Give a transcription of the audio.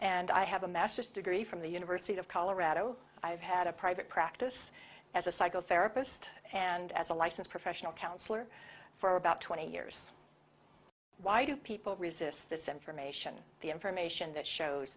and i have a master's degree from the university of colorado i've had a private practice as a psychotherapist and as a licensed professional counselor for about twenty years why do people resist this information the information